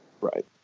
Right